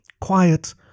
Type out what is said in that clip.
Quiet